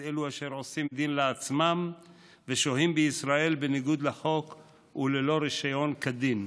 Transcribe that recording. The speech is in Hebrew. אלו אשר עושים דין לעצמם ושוהים בישראל בניגוד לחוק וללא רישיון כדין.